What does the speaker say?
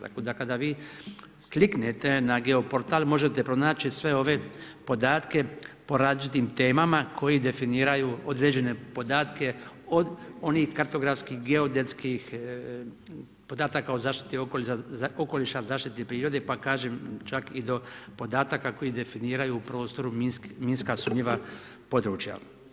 Tako da kada vi kliknete na geoportal možete pronaći sve ove podatke po različitim temama koji definiraju određene podatke od onih kartografskih, geodetskih podataka o zaštiti okoliša, zaštiti prirode, pa kažem čak i do podataka koji definiraju u prostoru minska sumnjiva područja.